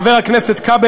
חבר הכנסת כבל,